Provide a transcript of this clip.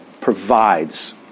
provides